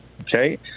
Okay